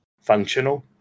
Functional